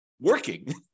working